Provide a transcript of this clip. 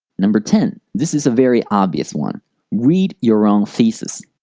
number ten this is a very obvious one read your own thesis.